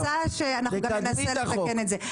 לא, לא, אני מנסה שאנחנו תמיד נתקן את זה.